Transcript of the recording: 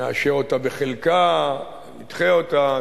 נאשר אותה בחלקה או נדחה אותה.